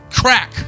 Crack